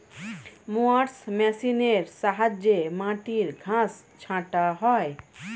mowers মেশিনের সাহায্যে মাটির ঘাস ছাঁটা হয়